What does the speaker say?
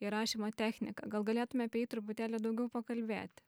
įrašymo techniką gal galėtume apie jį truputėlį daugiau pakalbėti